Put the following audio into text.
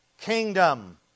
kingdom